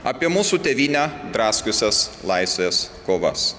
apie mūsų tėvynę draskiusias laisvės kovas